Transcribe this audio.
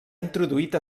introduït